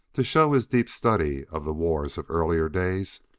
to show his deep study of the wars of earlier days,